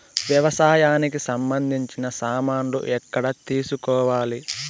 వ్యవసాయానికి సంబంధించిన సామాన్లు ఎక్కడ తీసుకోవాలి?